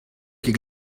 ket